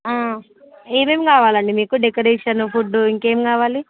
ఏమేమి కావాలండి మీకు డెకరేషన్ ఫుడ్డు ఇంకా ఏమి కావాలి